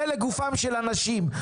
זה לגופם של אנשים,